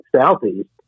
southeast